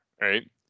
right